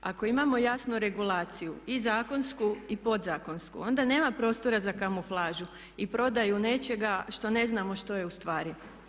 Ako imamo jasnu regulaciju i zakonsku i podzakonsku, onda nema prostora za kamuflažu i prodaju nečega što ne znamo što je u stvari.